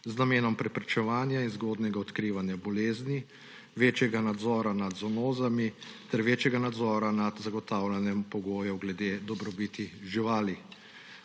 z namenom preprečevanja in zgodnjega odkrivanja bolezni, večjega nadzora nad zoonozami ter večjega nadzora nad zagotavljanjem pogojev glede dobrobiti živali.